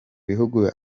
bihugu